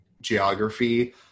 geography